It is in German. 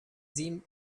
sie